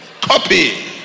Copy